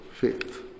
faith